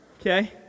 Okay